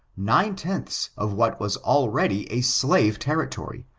nine-tenths of what was already a slave territory,